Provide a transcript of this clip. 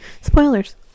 Spoilers